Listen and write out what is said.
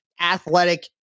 athletic